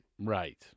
Right